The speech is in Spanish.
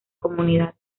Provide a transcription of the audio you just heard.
comunidad